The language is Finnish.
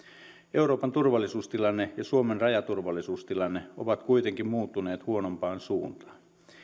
euroopan turvallisuustilanne ja suomen rajaturvallisuustilanne ovat kuitenkin muuttuneet huonompaan suuntaan